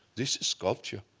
this is sculpture.